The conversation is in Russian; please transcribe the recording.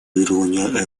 урегулирования